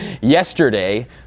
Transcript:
yesterday